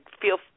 feel